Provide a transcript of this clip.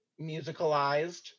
musicalized